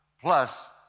Plus